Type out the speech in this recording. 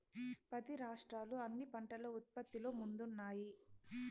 పది రాష్ట్రాలు అన్ని పంటల ఉత్పత్తిలో ముందున్నాయి